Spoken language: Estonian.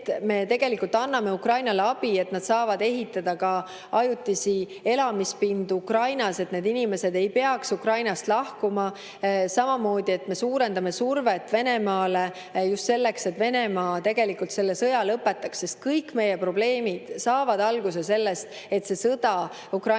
et me anname Ukrainale abi, et nad saavad ehitada ajutisi elamispindu Ukrainas, et need inimesed ei peaks Ukrainast lahkuma. Samamoodi, et me suurendame survet Venemaale just selleks, et Venemaa sõja lõpetaks, sest kõik meie probleemid saavad alguse sellest, et see sõda Ukrainas